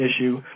issue